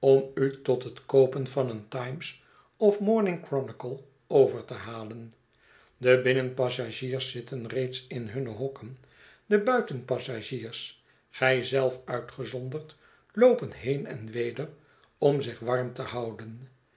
u tot het koopen van een times of morning chronicle over te halen de binnenpassagiers zitten reeds in hunne hokken de buitenpassagiers gij zelf uitgezonderd loopen heen en weder om zich warm te houden